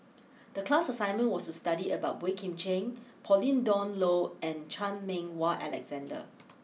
the class assignment was to study about Boey Kim Cheng Pauline Dawn Loh and Chan Meng Wah Alexander